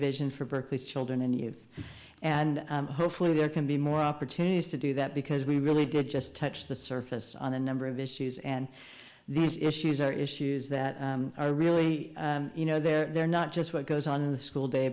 vision for berkeley children and youth and hopefully there can be more opportunities to do that because we really did just touched the surface on a number of issues and these issues are issues that are really you know they're not just what goes on in the school day